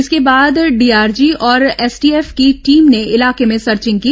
इसके बाद डीआरजी और एसटीएफ की टीम ने इलाके में सर्चिंग की